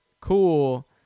cool